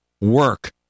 work